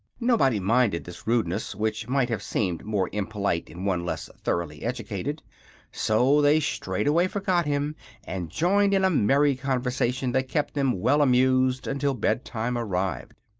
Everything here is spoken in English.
nobody minded this rudeness, which might have seemed more impolite in one less thoroughly educated so they straightway forgot him and joined in a merry conversation that kept them well amused until bed-time arrived.